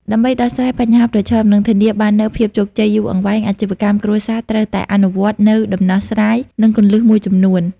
ដើម្បីដោះស្រាយបញ្ហាប្រឈម និងធានាបាននូវភាពជោគជ័យយូរអង្វែង អាជីវកម្មគ្រួសារត្រូវតែអនុវត្តនូវដំណោះស្រាយ និងគន្លឹះមួយចំនួន។